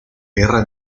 guerra